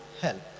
help